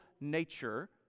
nature